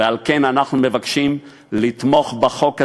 ועל כן אנחנו מבקשים לתמוך בחוק הזה,